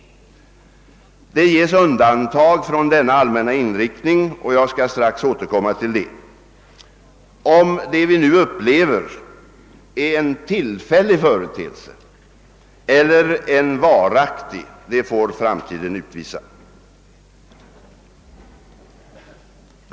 — Det ges undantag från denna allmänna inriktning, och jag skall strax återkomma till dem. — Om det vi nu upplever är en tillfällig eller en varaktig företeelse får framtiden utvisa.